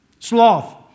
Sloth